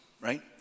right